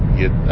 get